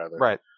Right